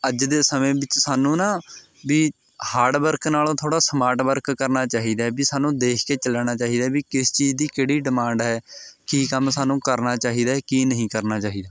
ਅੱਜ ਦੇ ਸਮੇਂ ਵਿੱਚ ਸਾਨੂੰ ਨਾ ਵੀ ਹਾਰਡ ਵਰਕ ਨਾਲੋਂ ਥੋੜ੍ਹਾ ਸਮਾਰਟ ਵਰਕ ਕਰਨਾ ਚਾਹੀਦਾ ਹੈ ਵੀ ਸਾਨੂੰ ਦੇਖ ਕੇ ਚੱਲਣਾ ਚਾਹੀਦਾ ਹੈ ਵੀ ਕਿਸ ਚੀਜ਼ ਦੀ ਕਿਹੜੀ ਡਿਮਾਂਡ ਹੈ ਕੀ ਕੰਮ ਸਾਨੂੰ ਕਰਨਾ ਚਾਹੀਦਾ ਕੀ ਨਹੀਂ ਕਰਨਾ ਚਾਹੀਦਾ